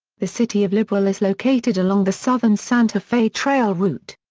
the city of liberal is located along the southern santa fe trail route.